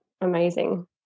amazing